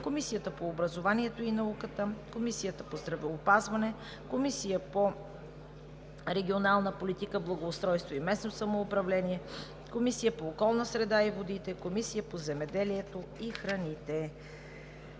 Комисията по образованието и науката; Комисията по здравеопазването; Комисията по регионална политика, благоустройство и местно самоуправление; Комисията по околната среда и водите; Комисията по земеделието и храните.